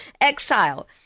exile